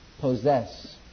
possess